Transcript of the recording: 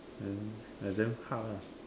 then exam hard lah